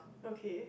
okay